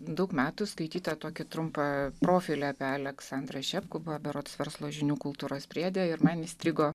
daug metų skaitytą tokį trumpą profilį apie aleksandrą šepkų buvo berods verslo žinių kultūros priede ir man įstrigo